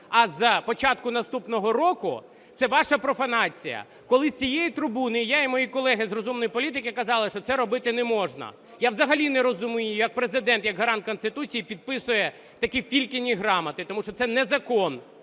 а з початку наступного року, це ваша профанація. Коли з цієї трибуни я і мої колеги з "Розумної політики" казали, що це робити не можна. Я взагалі не розумію, як Президент як гарант Конституції підписує такі фільчині грамоти, тому що це не закон